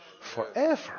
forever